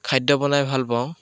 খাদ্য বনাই ভাল পাওঁ